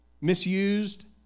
misused